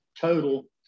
total